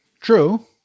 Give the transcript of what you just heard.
True